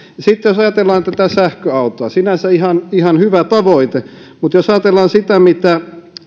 sitten jos ajatellaan tätä sähköautoa sinänsä ihan ihan hyvä tavoite mutta jos ajatellaan sitä mitä